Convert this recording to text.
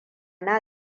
na